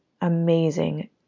amazing